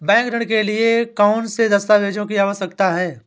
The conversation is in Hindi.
बैंक ऋण के लिए कौन से दस्तावेजों की आवश्यकता है?